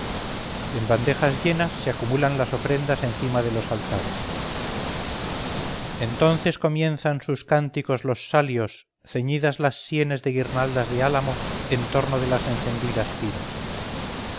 en bandejas llenas se acumulan las ofrendas encima de los altares entonces comienzan sus cánticos los salios ceñidas las sienes de guirnaldas de álamo en torno de las encendidas piras